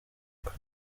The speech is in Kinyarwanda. kwe